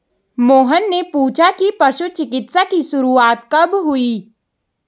मोहन ने पूछा कि पशु चिकित्सा की शुरूआत कब से हुई?